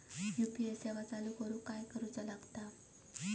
UPI सेवा चालू करूक काय करूचा लागता?